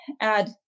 add